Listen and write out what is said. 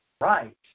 right